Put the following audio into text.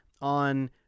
on